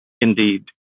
indeed